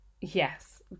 Yes